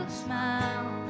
smile